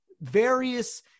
various